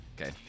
Okay